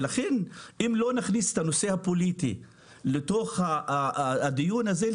ולכן אם לא נכניס את הנושא הפוליטי לתוך הדיון הזה,